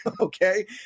Okay